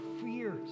fears